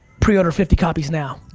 pre-order fifty copies now.